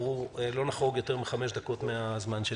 לחרוג יותר מחמש דקות מהזמן שנקבע.